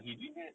he doing that